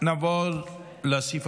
לתיקון